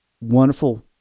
wonderful